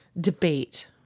debate